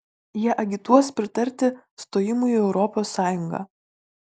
jie agituos pritarti stojimui į europos sąjungą